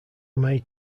made